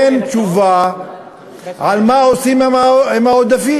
נותן תשובה על מה עושים עם העודפים.